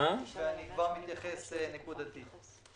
ואני כבר מתייחס נקודתית.